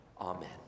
Amen